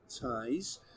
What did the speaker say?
ties